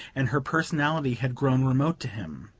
and her personality had grown remote to him.